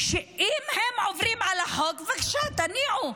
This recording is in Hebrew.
אם הם עוברים על החוק, בבקשה, תתניעו.